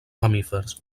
mamífers